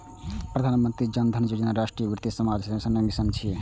प्रधानमंत्री जन धन योजना राष्ट्रीय वित्तीय समावेशनक मिशन छियै